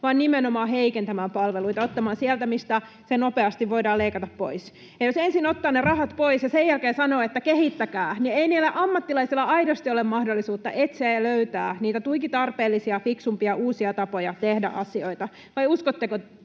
vaan nimenomaan heikentämään palveluita, ottamaan sieltä, mistä nopeasti voidaan leikata pois. Ja jos ensin ottaa ne rahat pois ja sen jälkeen sanoo, että kehittäkää, niin ei niillä ammattilaisilla aidosti ole mahdollisuutta etsiä ja löytää niitä tuiki tarpeellisia uusia, fiksumpia tapoja tehdä asioita. Vai uskotteko te,